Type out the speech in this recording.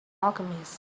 alchemist